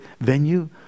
venue